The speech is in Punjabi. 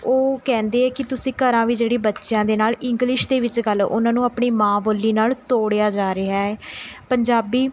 ਉਹ ਕਹਿੰਦੇ ਹੈ ਕਿ ਤੁਸੀਂ ਘਰਾਂ ਵੀ ਜਿਹੜੀ ਬੱਚਿਆਂ ਦੇ ਨਾਲ਼ ਇੰਗਲਿਸ਼ ਦੇ ਵਿੱਚ ਗੱਲ ਉਹਨਾਂ ਨੂੰ ਆਪਣੀ ਮਾਂ ਬੋਲੀ ਨਾਲ਼ ਤੋੜਿਆ ਜਾ ਰਿਹਾ ਏ ਪੰਜਾਬੀ